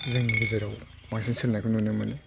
जोंनि गेजेराव बांसिन सोलिनायखौ नुनो मोनो